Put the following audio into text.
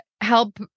help